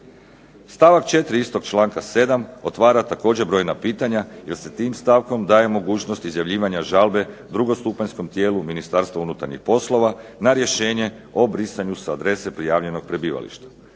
Stavak 4. istog čl. 7. otvara također brojna pitanja jer se tim stavkom daje mogućnost izjavljivanja žalbe drugostupanjskom tijelu Ministarstva unutarnjih poslova na rješenje o brisanju s adrese prijavljenog prebivališta.